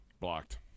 Blocked